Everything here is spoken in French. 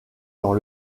dans